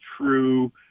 true